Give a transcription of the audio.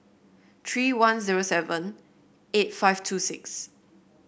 three one zero seven eight five two six